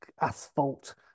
asphalt